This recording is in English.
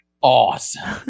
awesome